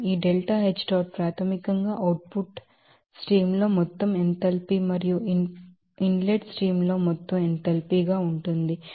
ఈ delta H dot ప్రాథమికంగా output stream లో మొత్తం ఎంథాల్పీ మరియు ఇన్ లెట్ స్ట్రీమ్ ల్లో మొత్తం ఎంథాల్పీ గా ఉంటుంది